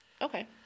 Okay